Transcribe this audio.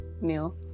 meal